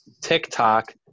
TikTok